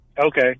okay